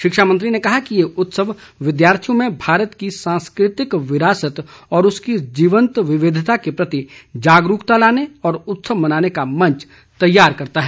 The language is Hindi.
शिक्षा मंत्री ने कहा कि ये उत्सव विद्यार्थियों में भारत की सांस्कृतिक विरासत और उसकी जिवंत विविधता के प्रति जागरूकता लाने और उत्सव मनाने का मंच तैयार करता है